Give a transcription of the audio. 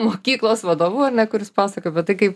mokyklos vadovu ar ne kuris pasakoja apie tai kaip